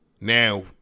Now